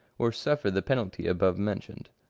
or suffer the penalty above mentioned.